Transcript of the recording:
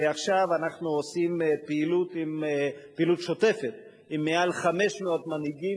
ועכשיו אנחנו עושים פעילות שוטפת עם מעל 500 מנהיגים,